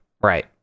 right